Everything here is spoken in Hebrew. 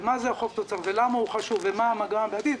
מה זה החוב תוצר ולמה הוא חשוב ומה המגמה בעתיד,